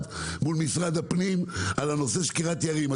מול משרד הפנים על הנושא של קרית יערים.